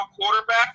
quarterback